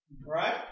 Right